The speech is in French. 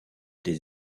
des